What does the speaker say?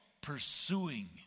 pursuing